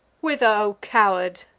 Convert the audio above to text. whether, o coward?